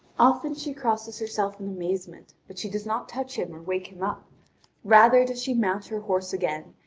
often she crosses herself in amazement, but she does not touch him or wake him up rather does she mount her horse again,